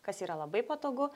kas yra labai patogu